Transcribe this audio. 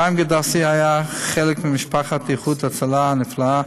אפרים גדסי היה חלק ממשפחת איחוד הצלה הנפלאה,